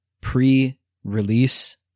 pre-release